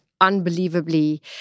unbelievably